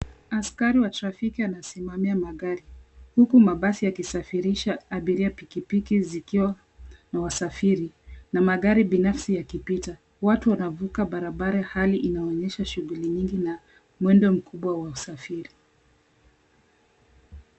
Askari wa trafiki anasimamia magari huku mabasi yakisafirisha abiria, pikipiki zikiwa na wasafiri na magari binafsi yakipita. Watu wanavuka barabara, hali inaonyesha shughuli nyingi na mwendo mkubwa wa usafiri.